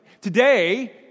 Today